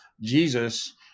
Jesus